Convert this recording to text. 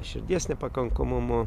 širdies nepakankamumu